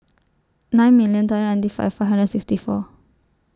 nine million two hundred ninety five hundred sixty four